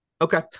Okay